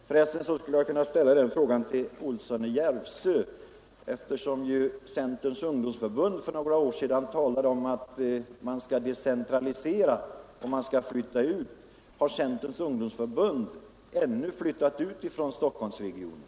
För resten skulle jag kunna ställa en fråga till herr Olsson i Järvsö, eftersom Centerns ungdomsförbund talat om att man skall decentralisera och flytta ut. Har Centerns ungdomsförbund ännu flyttat ut från Stockholmsregionen?